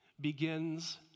begins